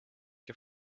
you